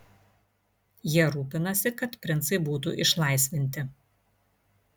jie rūpinasi kad princai būtų išlaisvinti